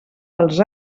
dels